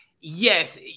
Yes